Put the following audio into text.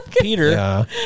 Peter